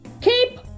Keep